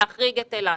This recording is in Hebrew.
להחריג את אילת.